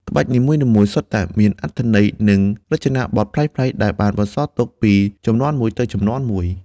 ក្បាច់នីមួយៗសុទ្ធតែមានអត្ថន័យ និងរចនាបថប្លែកៗ ដែលបានបន្សល់ទុកពីជំនាន់មួយទៅជំនាន់មួយ។